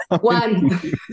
One